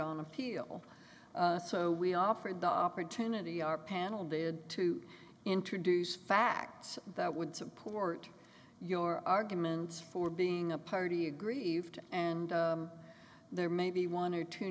on appeal so we offered the opportunity our panel did to introduce facts that would support your arguments for being a party aggrieved and there may be one or two